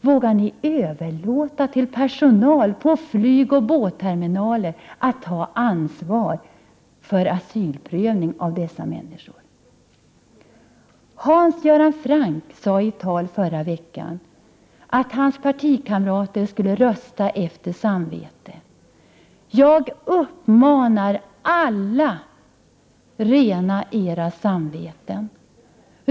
Vågar ni överlåta till personal på flygoch båtterminaler att ta ansvar för asylprövning av dessa människor? Hans Göran Franck sade i ett tal förra veckan att hans partikamrater skulle rösta efter samvetet. Jag uppmanar alla: Rena era samveten!